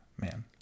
Man